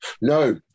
no